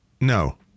No